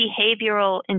behavioral